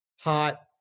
Hot